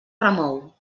remou